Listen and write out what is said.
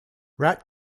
rat